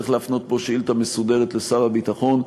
צריך להפנות פה שאילתה מסודרת לשר הביטחון.